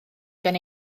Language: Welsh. gan